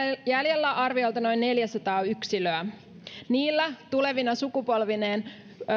jäljellä arviolta noin neljäsataa yksilöä niillä tulevine sukupolvineen